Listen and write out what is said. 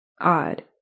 Odd